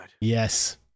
Yes